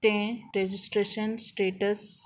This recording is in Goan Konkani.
तें रेजिस्ट्रेशन स्टेटस